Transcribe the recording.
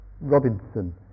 Robinson